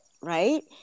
right